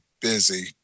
Busy